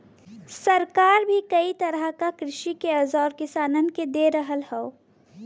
सरकार भी कई तरह क कृषि के औजार किसानन के दे रहल हौ